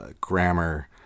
grammar